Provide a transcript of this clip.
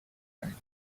time